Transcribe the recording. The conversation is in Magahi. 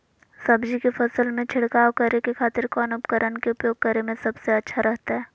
सब्जी के फसल में छिड़काव करे के खातिर कौन उपकरण के उपयोग करें में सबसे अच्छा रहतय?